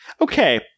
Okay